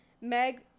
Meg